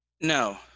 No